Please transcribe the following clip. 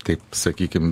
kaip sakykim